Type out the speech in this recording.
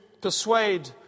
persuade